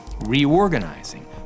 reorganizing